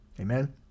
Amen